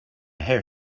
hair